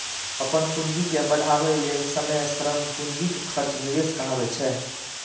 अपन पूंजी के बढ़ाबै लेल समय, श्रम, पूंजीक खर्च निवेश कहाबै छै